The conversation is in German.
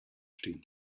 stehen